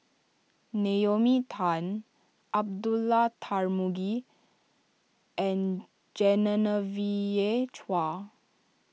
Naomi Tan Abdullah Tarmugi and Genevieve Chua